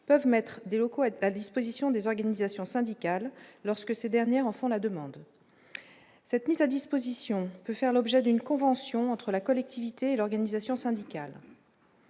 peuvent mettre des locaux à disposition des organisations syndicales, lorsque ces derniers en font la demande, cette mise à disposition peut faire l'objet d'une convention entre la collectivité et l'organisation syndicale.